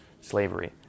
slavery